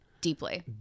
Deeply